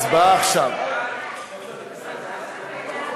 ההצעה להפוך את הצעת חוק איסור הפליה מחמת משקל (תיקוני חקיקה),